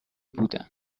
بودن